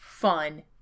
fun